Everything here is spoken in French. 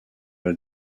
val